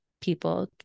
people